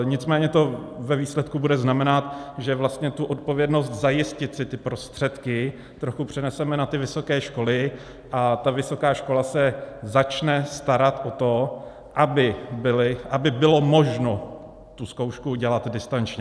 Nicméně to ve výsledku bude znamenat, že vlastně tu odpovědnost zajistit si ty prostředky trochu přeneseme na vysoké školy a ta vysoká škola se začne starat o to, aby bylo možno tu zkoušku udělat distančně.